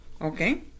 Okay